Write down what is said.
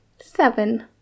seven